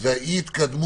זה אי ההתקדמות